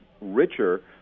richer